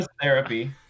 therapy